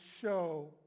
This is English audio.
show